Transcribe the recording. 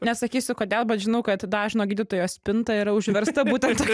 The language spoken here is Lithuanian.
nesakysiu kodėl bet žinau kad dažno gydytojo spinta yra užversta būtent